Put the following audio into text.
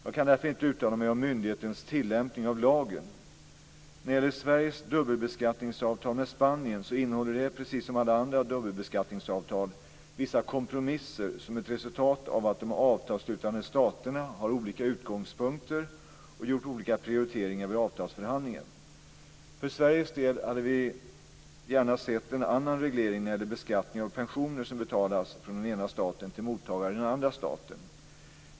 Jag kan därför inte uttala mig om myndighetens tillämpning av lagen. När det gäller Sveriges dubbelbeskattningsavtal med Spanien så innehåller det - precis som alla dubbelbeskattningsavtal - vissa kompromisser som är ett resultat av att de avtalsslutande staterna har olika utgångspunkter och gjort olika prioriteringar vid avtalsförhandlingen. För Sveriges del hade vi gärna sett en annan reglering när det gäller beskattningen av pensioner som betalas från den ena staten till mottagare i den andra staten.